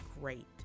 great